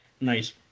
nice